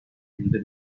yüzde